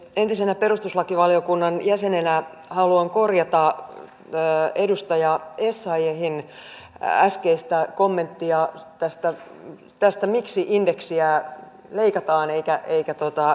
entisenä perustuslakivaliokunnan jäsenenä haluan korjata edustaja essayahin äskeistä kommenttia siitä miksi indeksiä leikataan eikä jäädytetä